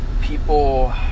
people